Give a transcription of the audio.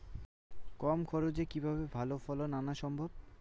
কম খরচে কিভাবে ভালো ফলন আনা সম্ভব?